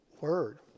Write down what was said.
word